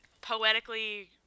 poetically